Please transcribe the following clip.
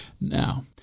Now